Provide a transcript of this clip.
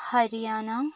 Haryana